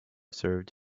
served